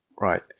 Right